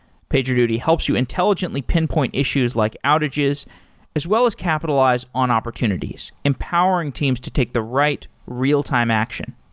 pagerduty helps you intelligently pinpoint issues like outages as well as capitalize on opportunities, empowering teams to take the right real-time action.